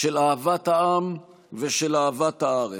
של אהבת העם ושל אהבת הארץ.